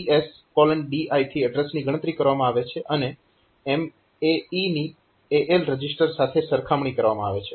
તો અહીં ESDI થી એડ્રેસની ગણતરી કરવામાં આવે છે અને MAE ની AL રજીસ્ટર સાથે સરખામણી કરવામાં આવે છે